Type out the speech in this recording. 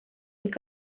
ning